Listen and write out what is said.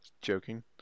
Joking